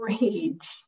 rage